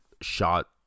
shot